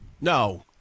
No